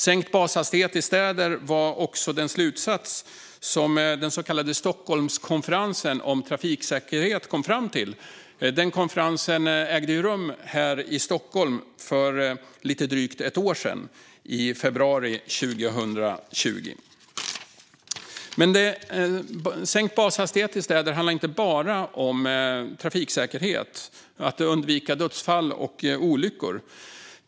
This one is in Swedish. Sänkt bashastighet i städer var också den slutsats som den så kallade Stockholmskonferensen om trafiksäkerhet kom fram till för lite drygt ett år sedan, i februari 2020. Sänkt bashastighet i städer handlar inte bara om trafiksäkerhet och att undvika dödsfall och olyckor.